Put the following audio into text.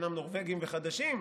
שאינם נורבגים וחדשים,